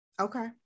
okay